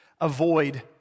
avoid